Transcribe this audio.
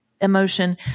emotion